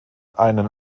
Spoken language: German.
einen